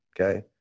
okay